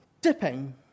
dipping